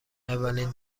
اولین